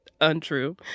untrue